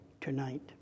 tonight